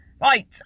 Right